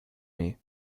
mee